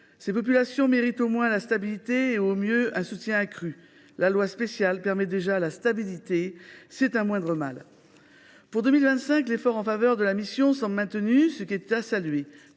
Ces populations méritent au moins la stabilité et au mieux un soutien accru. La loi spéciale permet déjà la stabilité, c’est un moindre mal. Pour 2025, l’effort en faveur de la mission semble maintenu, ce qui est à saluer.